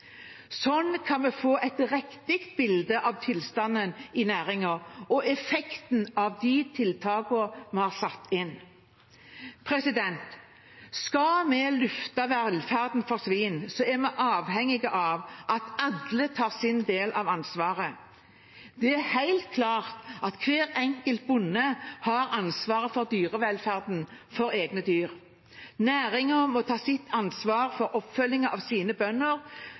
kan vi få et riktig bilde av tilstanden i næringen og effekten av tiltakene vi har satt inn. Skal vi løfte velferden for svin, er vi avhengige av at alle tar sin del av ansvaret. Det er helt klart at hver enkelt bonde har ansvaret for dyrevelferden hos egne dyr. Næringen må ta sitt ansvar for oppfølgingen av sine bønder